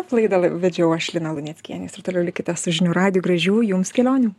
laidą vedžiau aš lina luneckienė ir toliau likite su žinių radiju gražių jums kelionių